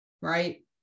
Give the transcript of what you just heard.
right